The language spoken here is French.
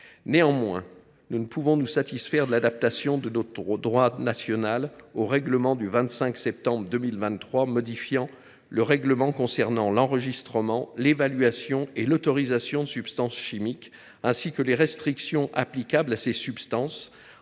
Néanmoins, nous ne pouvons nous satisfaire de l’adaptation de notre droit national au règlement du 25 septembre 2023 modifiant l’annexe XVII du règlement (CE) n° 1907/2006 concernant l’enregistrement, l’évaluation et l’autorisation des substances chimiques, ainsi que les restrictions applicables à ces substances